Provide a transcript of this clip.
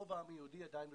רוב העם היהודי עדין בתפוצות.